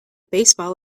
baseball